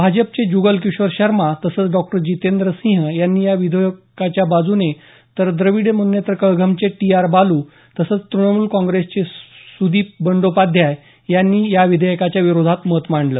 भाजपचे जुगलकिशोर शर्मा तसंच डॉ जीतेंद्रसिंह यांनी या विधेयकाच्या बाजूने तर द्रविड मुनेत्र कळघमचे टी आर बालू तसंच तृणमूल काँप्रेसचे सुदीप बंदोपाध्याय यांनी या विधेयकाच्या विरोधात मत मांडलं